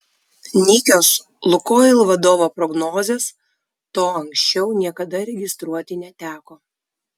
nykios lukoil vadovo prognozės to anksčiau niekada registruoti neteko